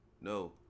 No